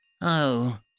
Oh